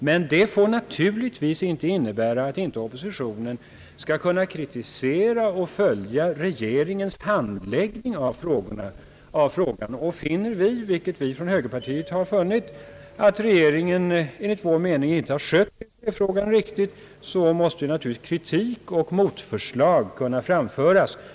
Men det får naturligtvis inte innebära att oppositionen inte skall kunna kritisera och följa regeringens handläggning av frågan. Finner vi, vilket vi från högerpartiet har gjort, att regeringen inte skött EEC frågan riktigt, måste naturligtvis kritik och motförslag kunna framföras.